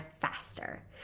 faster